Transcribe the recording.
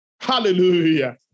Hallelujah